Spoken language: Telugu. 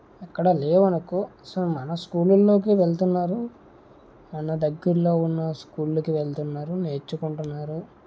ఎక్కడ లేవనుకో సో మన స్కూలల్లోకి వెళ్తున్నారు మన దగ్గరలో ఉన్న స్కూళ్ళకి వెళ్తున్నారు నేర్చుకుంటున్నారు